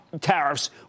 tariffs